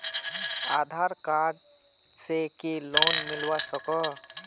आधार card से की loan मिलवा सकोहो?